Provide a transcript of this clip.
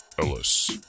ellis